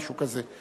משהו כזה.